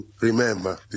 remember